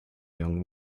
young